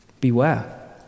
Beware